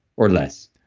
or less?